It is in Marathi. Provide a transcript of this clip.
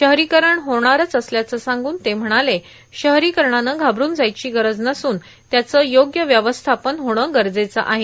शहरीकरण होणारच असल्याचं सांगून ते म्हणाले शहरीकरणानं घाबरून जायची गरज नसून त्याचं योग्य व्यवस्थापन होणं गरजेचं आहे